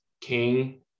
king